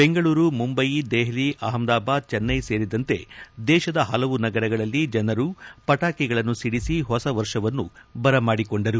ಬೆಂಗಳೂರು ಮುಂಬಯಿ ದೆಹಲಿ ಅಹಮದಾಬಾದ್ ಚೆನ್ನೈ ಸೇರಿದಂತೆ ದೇಶದ ಹಲವು ನಗರಗಳಲ್ಲಿ ಜನರು ಪಟಾಕಿಗಳನ್ನು ಸಿಡಿಸಿ ಹೊಸವರ್ಷವನ್ನು ಬರ ಮಾಡಿಕೊಂಡರು